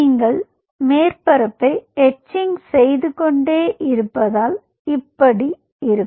நீங்கள் மேற்பரப்பை எத்சிங் செய்து கொண்டே இருப்பதால் இப்படி இருக்கும்